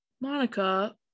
Monica